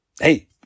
hey